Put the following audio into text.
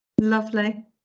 Lovely